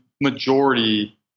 majority